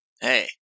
Hey